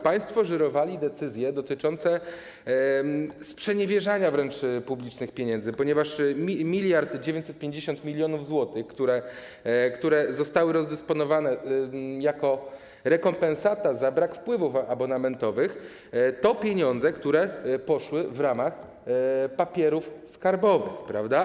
Państwo żyrowali decyzje dotyczące wręcz sprzeniewierzania publicznych pieniędzy, ponieważ 1950 mln zł, które zostały rozdysponowane jako rekompensata za brak wpływów abonamentowych, to pieniądze, które poszły w ramach papierów skarbowych, prawda?